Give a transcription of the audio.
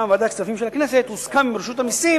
בוועדת הכספים של הכנסת הוסכם עם רשות המסים